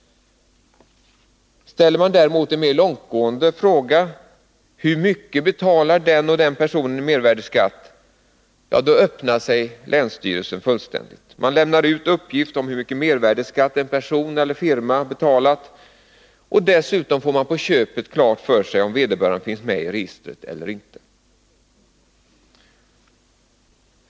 Ställer man däremot en mer långtgående fråga, hur mycket den och den personen betalar i mervärdeskatt, då öppnar sig länsstyrelsen fullständigt. Man lämnar ut uppgift om hur mycket mervärdeskatt en person eller firma har betalat, och dessutom får man på köpet klart för sig om vederbörande finns med i registret eller inte.